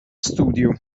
studju